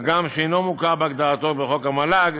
הגם שאינו מוכר בהגדרתו בחוק המל"ג,